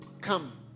Come